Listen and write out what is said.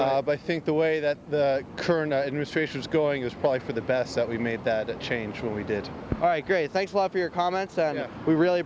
i think the way that the current administration is going is probably for the best that we made that change when we did my great thanks a lot for your comments and we really